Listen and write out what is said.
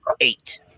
eight